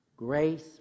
grace